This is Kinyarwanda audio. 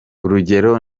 urugero